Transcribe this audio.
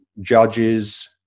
judges